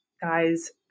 guys